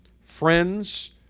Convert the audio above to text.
friends